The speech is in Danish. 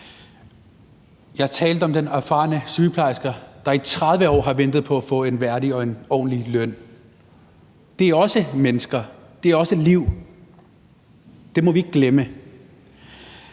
Jeg talte om den erfarne sygeplejerske, der i 30 år har ventet på at få en værdig og en ordentlig løn. Det er også mennesker, det er også liv, og det må vi ikke glemme.